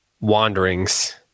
wanderings